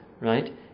right